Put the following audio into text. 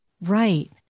Right